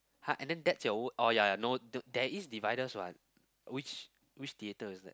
!huh! and then that's your w~ oh ya ya no there is dividers what which which theater is that